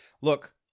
Look